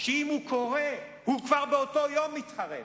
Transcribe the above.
שאם הוא קורא, הוא כבר באותו יום מתחרט.